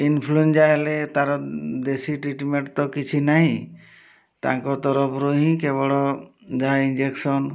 influenza ହେଲେ ତାର ଦେଶୀ ଟ୍ରିଟମେଣ୍ଟ୍ ତ କିଛି ନାହିଁ ତାଙ୍କ ତରଫରୁ ହିଁ କେବଳ ଯାହା ଇଞ୍ଜେକ୍ସନ୍